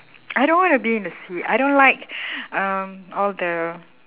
I don't want to be in the sea I don't like um all the